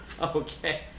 Okay